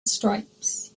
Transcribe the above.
stripes